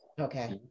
Okay